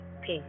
Peace